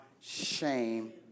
shame